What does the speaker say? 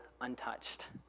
untouched